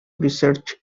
research